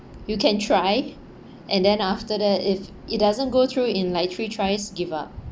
you can try and then after that if it doesn't go through in like three tries give up